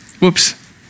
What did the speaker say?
Whoops